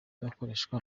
akoreshwa